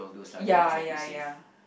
ya ya ya